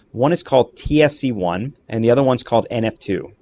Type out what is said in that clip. one is called t s e one and the other one is called n f two.